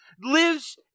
lives